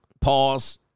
pause